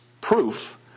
proof